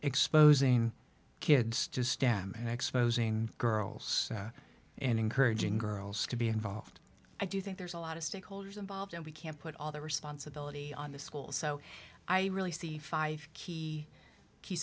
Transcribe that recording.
exposing kids to stem and exposing girls and encouraging girls to be involved i do think there's a lot of stakeholders involved and we can't put all the responsibility on the schools so i really see five key key